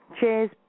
Cheers